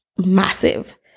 Massive